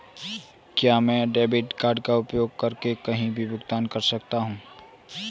क्या मैं debit card का उपयोग करके कहीं भी भुगतान कर सकता हूं?